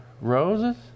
roses